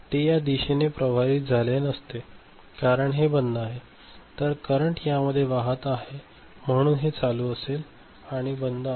आणि ते या दिशेने प्रवाहित झाले नसते कारण हे बंद आहे तर करंट यामध्ये वाहते आहे म्हणून हे चालू असेल आणि हे बंद आहे